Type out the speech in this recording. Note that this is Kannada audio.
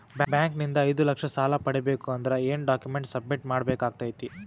ಬ್ಯಾಂಕ್ ನಿಂದ ಐದು ಲಕ್ಷ ಸಾಲ ಪಡಿಬೇಕು ಅಂದ್ರ ಏನ ಡಾಕ್ಯುಮೆಂಟ್ ಸಬ್ಮಿಟ್ ಮಾಡ ಬೇಕಾಗತೈತಿ?